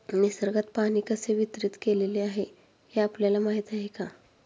निसर्गात पाणी कसे वितरीत केलेले आहे हे आपल्याला माहिती आहे का?